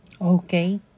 Okay